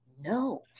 no